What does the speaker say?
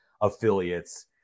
affiliates